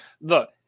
look